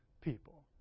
people